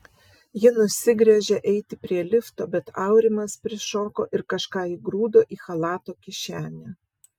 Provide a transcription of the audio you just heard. ji nusigręžė eiti prie lifto bet aurimas prišoko ir kažką įgrūdo į chalato kišenę